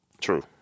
True